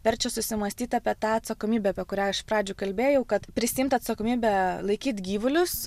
verčia susimąstyt apie tą atsakomybę apie kurią iš pradžių kalbėjau kad prisiimt atsakomybę laikyt gyvulius